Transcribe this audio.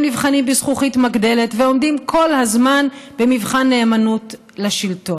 נבחנים בזכוכית מגדלת ועומדים כל הזמן במבחן נאמנות לשלטון.